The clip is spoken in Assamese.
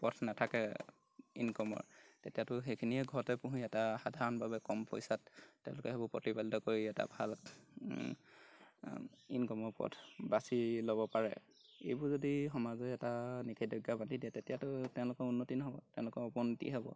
পথ নাথাকে ইনকমৰ তেতিয়াতো সেইখিনিয়ে ঘৰতে পুহি এটা সাধাৰণভাৱে কম পইচাত তেওঁলোকে সেইবোৰ প্ৰতিপালিত কৰি এটা ভাল ইনকমৰ পথ বাচি ল'ব পাৰে এইবোৰ যদি সমাজে এটা নিষেধাজ্ঞা বান্ধি দিয়ে তেতিয়াতো তেওঁলোকৰ উন্নতি নহ'ব তেওঁলোকৰ অৱনতিহে হ'ব